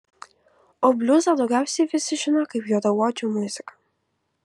o bliuzą daugiausiai visi žino kaip juodaodžių muziką